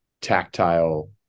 tactile